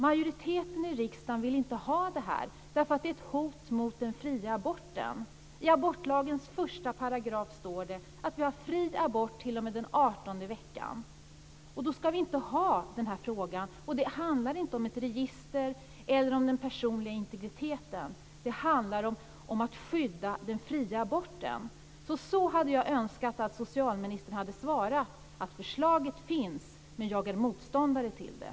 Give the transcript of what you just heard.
Majoriteten i riksdagen vill inte ha detta därför att det är ett hot mot den fria aborten. I abortlagens första paragraf står det att vi har fri abort t.o.m. den 18:e veckan. Då ska vi inte ta upp denna fråga. Det handlar inte om ett register eller om den personliga integriteten. Det handlar om att skydda den fria aborten. Så här hade jag önskat att socialministern hade svarat: Förslaget finns, men jag är motståndare till det.